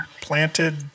planted